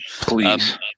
Please